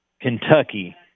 Kentucky